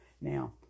Now